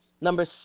Number